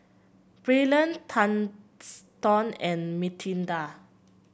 Braylen Thurston and Mathilda